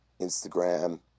Instagram